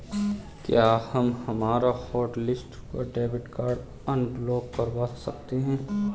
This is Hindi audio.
क्या हम हमारा हॉटलिस्ट हुआ डेबिट कार्ड अनब्लॉक करवा सकते हैं?